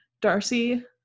Darcy